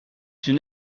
une